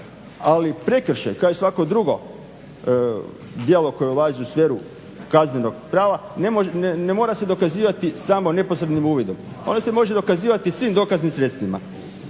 Ali prekršaj kao i svako drugo djelo koje ulazi u sferu kaznenog prava ne mora se dokazivati samo neposrednim uvidom. Ono se može dokazivati i svim dokaznim sredstvima.